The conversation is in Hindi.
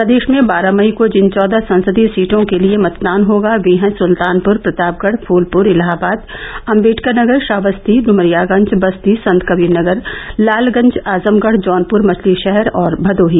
प्रदेश में बारह मई को जिन चौदह संसदीय सीटों के लिये मतदान होगा वे हैं सुल्तानपुर प्रतापगढ़ फूलपुर इलाहाबाद अम्बेडकरनगर श्रावस्ती डुमरियागंज बस्ती संतकबीरनगर लालगंज आजमगढ़ जौनपुर मछलीषहर और भदोही